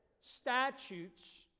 statutes